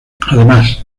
además